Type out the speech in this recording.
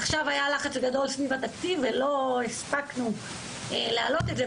עכשיו היה לחץ גדול סביב התקציב ולא הספקנו להעלות את זה,